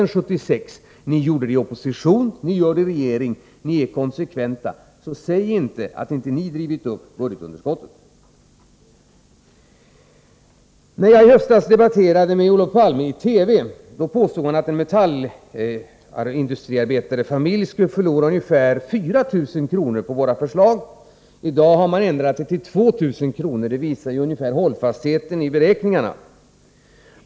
Ni gjorde det i opposition och ni gör det i regeringsställning. Ni är konsekventa. Säg inte att inte ni har drivit upp budgetunderskottet. När jag i höstas debatterade med Olof Palme i TV påstod han att en metallindustriarbetarfamilj skulle förlora ungefär 4 000 kr. på våra förslag. I dag har man ändrat sig till 2000 kr. Det visar på ett ungefär hållfastheten i beräkningarna.